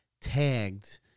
tagged